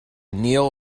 neil